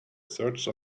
searched